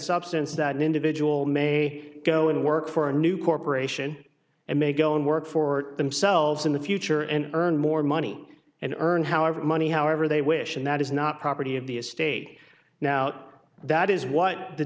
substance that an individual may go and work for a new corporation and may go and work for themselves in the future and earn more money and earn however money however they wish and that is not property of the estate now that is what the